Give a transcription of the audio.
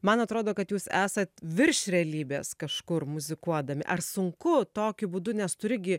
man atrodo kad jūs esat virš realybės kažkur muzikuodami ar sunku tokiu būdu nes turi gi